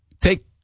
take